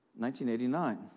1989